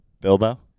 Bilbo